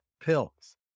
Pills